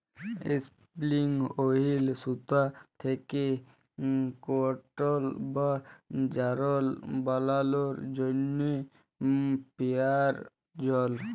ইসপিলিং ওহিল সুতা থ্যাকে কটল বা যারল বালালোর জ্যনহে পেরায়জল